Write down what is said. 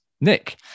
nick